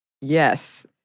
Yes